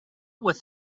with